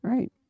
Right